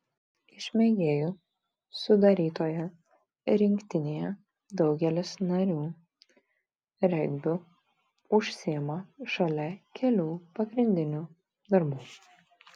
iš mėgėjų sudarytoje rinktinėje daugelis narių regbiu užsiima šalia kelių pagrindinių darbų